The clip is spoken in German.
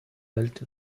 welt